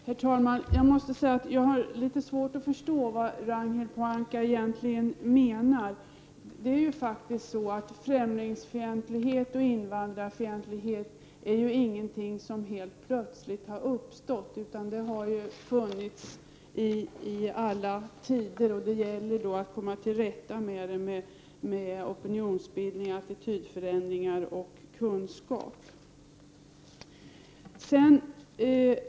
Herr talman! Jag måste säga att jag har litet svårt att förstå vad Ragnhild Pohanka egentligen menar. Främlingsfientlighet och invandrarfientlighet är inget som har uppstått helt plötsligt, utan det har funnits i alla tider. Det gäller att komma till rätta med detta med hjälp av opinionsbildning, attitydförändring och kunskap.